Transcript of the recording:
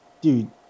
dude